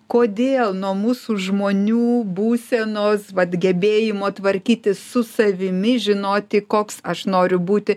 kodėl nuo mūsų žmonių būsenos vat gebėjimo tvarkytis su savimi žinoti koks aš noriu būti